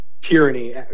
tyranny